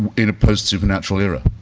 um in a post-supernatural era.